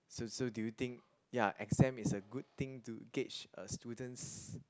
so so do you think ya exam is a good thing to gauge a student's